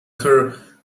her